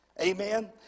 Amen